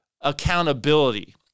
accountability